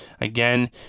again